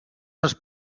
els